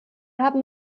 haben